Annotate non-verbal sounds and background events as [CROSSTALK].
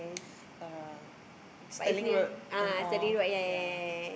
[NOISE] uh Sterling-Road and all yeah